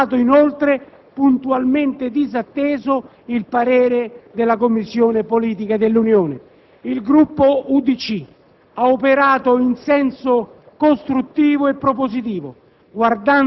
È stato inoltre puntualmente disatteso il parere della Commissione politiche dell'Unione. Il Gruppo dell'UDC ha operato in senso costruttivo e propositivo,